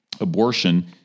Abortion